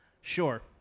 Sure